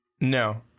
No